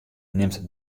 nimt